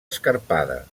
escarpada